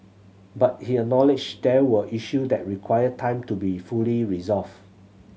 but he acknowledged there were issues that require time to be fully resolved